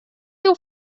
teu